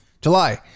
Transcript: July